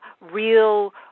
real